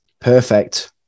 perfect